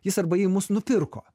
jis arba ji mus nupirko